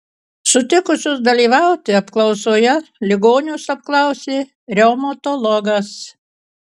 sutikusius dalyvauti apklausoje ligonius apklausė reumatologas